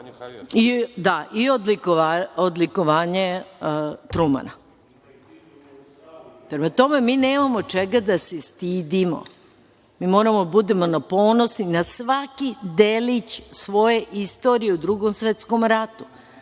i odlikovanje Trumana. Prema tome, mi nemamo čega da se stidimo. Mi moramo da budemo ponosni na svaki delić svoje istorije u Drugom svetskom ratu.